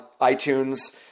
iTunes